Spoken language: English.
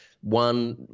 One